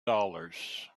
dollars